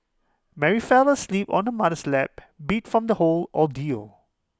Mary fell asleep on her mother's lap beat from the whole ordeal